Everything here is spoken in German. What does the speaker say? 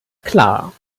klar